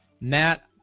Matt